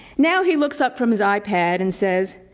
now he looks up from his ipad and says,